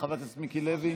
חבר הכנסת מיקי לוי?